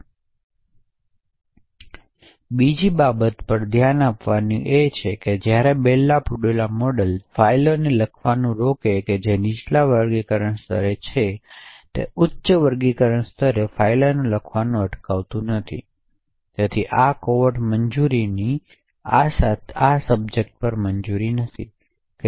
અહીં બીજી બાબત પર ધ્યાન આપવાની બાબત એ છે કે જ્યારે બેલ લાપડુલા મોડેલ ફાઇલોને લખવાનું રોકે છે જે નીચા વર્ગીકરણના સ્તરે છે તે ઉચ્ચ વર્ગીકરણ સ્તરે ફાઇલોને લખવાનું અટકાવતું નથી તેથી આ કોવેર્ટ મંજૂરીની મંજૂરી સાથે સબ્જેક્ટ પર થાય છે